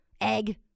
egg